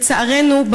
לצערנו,